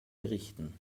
gerichten